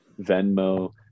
venmo